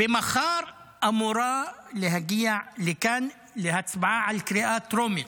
ומחר אמורה להגיע לכאן להצבעה בקריאה טרומית,